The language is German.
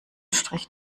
strich